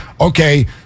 okay